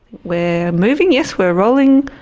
we're moving, yes we're rolling.